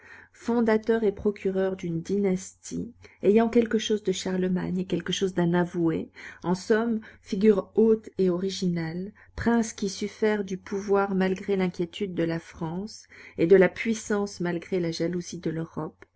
fondateur et procureur d'une dynastie ayant quelque chose de charlemagne et quelque chose d'un avoué en somme figure haute et originale prince qui sut faire du pouvoir malgré l'inquiétude de la france et de la puissance malgré la jalousie de l'europe